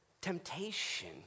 temptation